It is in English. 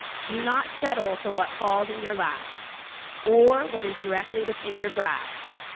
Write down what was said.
do not settle for what falls in your lap or what is directly within your grasp.